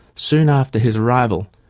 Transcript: soon after his arrival,